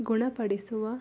ಗುಣಪಡಿಸುವ